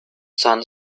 sun